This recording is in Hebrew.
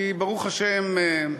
ברוך השם,